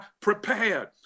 prepared